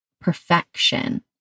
perfection